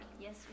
Yes